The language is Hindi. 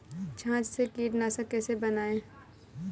छाछ से कीटनाशक कैसे बनाएँ?